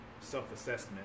self-assessment